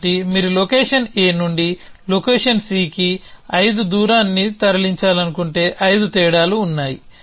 కాబట్టి మీరు location A నుండి లొకేషన్ Cకి ఐదు దూరాన్ని తరలించాలనుకుంటే ఐదు తేడాలు ఉన్నాయి